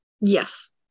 Yes